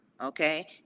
okay